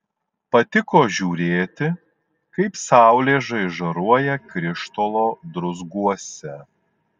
patiko žiūrėti kaip saulė žaižaruoja krištolo druzguose